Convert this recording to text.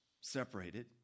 separated